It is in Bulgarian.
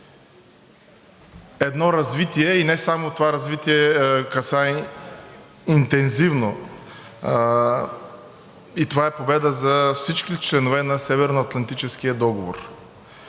едно развитие – и не само това развитие касае интензивно, това е победа за всички членове на Северноатлантическия договор.